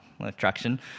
attraction